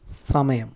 സമയം